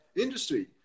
industry